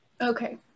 Okay